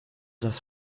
das